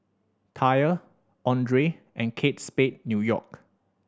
TYR Andre and Kate Spade New York